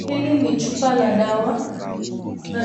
Hili ni chupa la dawa na